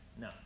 No